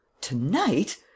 To-night